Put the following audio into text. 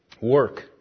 Work